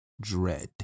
dread